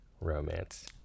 romance